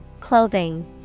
Clothing